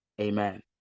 amen